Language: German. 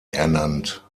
ernannt